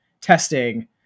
testing